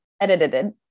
edited